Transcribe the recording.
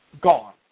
gone